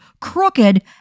crooked